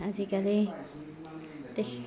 আজিকালি দেখি